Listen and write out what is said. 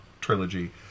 trilogy